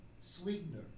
sweetener